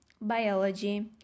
biology